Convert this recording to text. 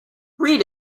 read